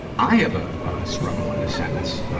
i have a, a struggle in a sentence.